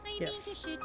Yes